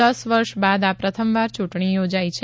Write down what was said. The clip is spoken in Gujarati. દસ વર્ષ બાદ આ પ્રથમવાર ચૂંટણી યોજાઈ છે